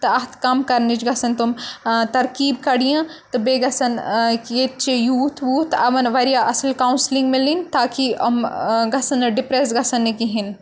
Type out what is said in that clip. تہٕ اَتھ کَم کَرنٕچ گَژھن تِم ترقیٖب کَڑِیہِ تہٕ بیٚیہِ گَژھن ییٚتہِ چھِ یوٗتھ ووٗتھ اَوَن واریاہ اَصٕل کَوسِلِنٛگ مِلٕنۍ تاکہِ یِم گژھن نہٕ ڈِپرٛیٚس گژھن نہٕ کِہیٖنۍ